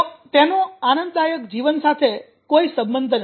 તેનો આનંદદાયક જીવન સાથે કોઈ સંબંધ નથી